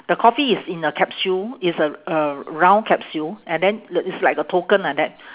the coffee is in a capsule it's a a round capsule and then uh it's like a token like that